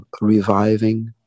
reviving